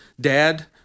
Dad